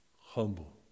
humble